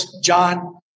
John